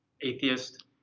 atheist